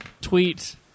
tweet